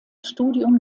studium